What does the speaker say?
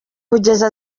kugeza